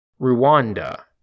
Rwanda